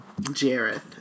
Jareth